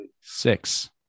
Six